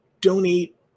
donate